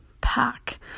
pack